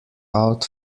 out